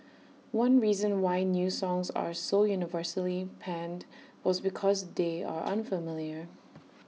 one reason why new songs are so universally panned was because they are unfamiliar